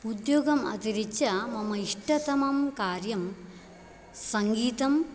उद्योगम् अतिरिच्य मम इष्टतमं कार्यं सङ्गीतं